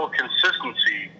consistency